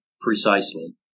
Precisely